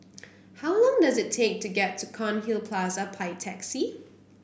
how long does it take to get to Cairnhill Plaza by taxi